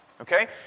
Okay